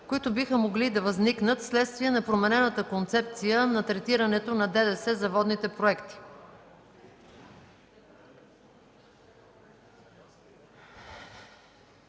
които биха могли да възникнат вследствие на променената концепция за третирането на ДДС за водните проекти.